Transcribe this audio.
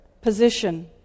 position